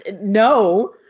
no